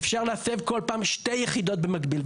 אפשר להסב כל פעם 2 יחידות במקביל.